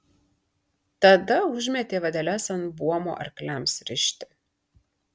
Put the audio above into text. tada užmetė vadeles ant buomo arkliams rišti